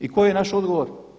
I koji je naš odgovor?